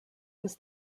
was